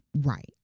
Right